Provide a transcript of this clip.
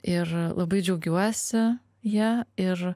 ir labai džiaugiuosi ja ir